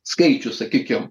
skaičius sakykim